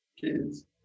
kids